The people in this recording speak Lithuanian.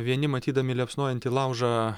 vieni matydami liepsnojantį laužą